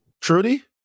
Trudy